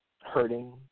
hurting